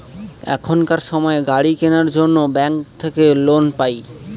এখনকার সময় গাড়ি কেনার জন্য ব্যাঙ্ক থাকে লোন পাই